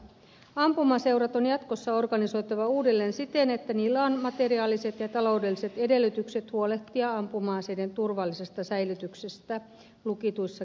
ampumaseurat on jatkossa organisoitava uudelleen siten että niillä on materiaaliset ja taloudelliset edellytykset huolehtia ampuma aseiden turvallisesta säilytyksestä lukituissa tiloissa